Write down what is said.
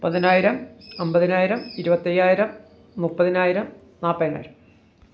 പതിനായിരം അമ്പതിനായിരം ഇരുപത്തയ്യായിരം മുപ്പതിനായിരം നാൽപ്പതിനായിരം